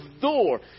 door